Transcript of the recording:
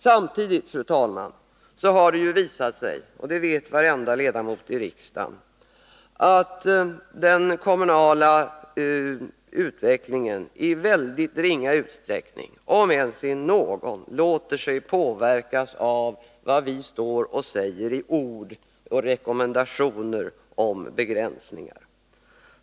Samtidigt, fru talman, har det visat sig — det vet varenda ledamot i riksdagen — att den kommunala utvecklingen i mycket ringa, om ens någon, utsträckning låter sig påverkas av vad vi står och säger i ord och rekommendationer om begränsningar.